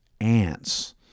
ants